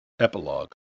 Epilogue